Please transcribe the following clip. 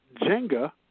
Jenga